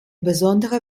besondere